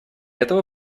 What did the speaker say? этого